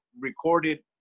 Recorded